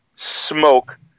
Smoke